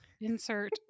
Insert